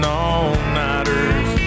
all-nighters